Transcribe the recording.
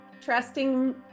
trusting